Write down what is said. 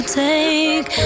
take